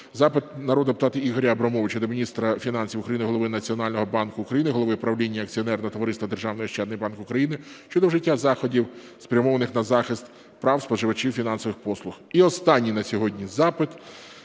Запит народного депутата Ігоря Абрамовича до міністра фінансів України, Голови Національного банку України, голови правління акціонерного товариства "Державний ощадний банк України" щодо вжиття заходів, спрямованих на захист прав споживачів фінансових послуг. І останній на сьогодні запит